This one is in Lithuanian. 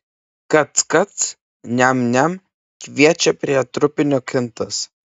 kac kac niam niam kviečia prie trupinio kintas